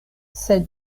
sed